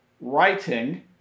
writing